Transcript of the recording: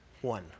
one